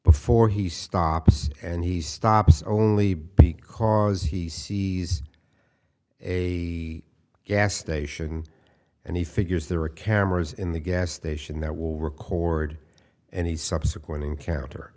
before he stops and he stops only because he sees a gas station and he figures there are cameras in the gas station that will record any subsequent encounter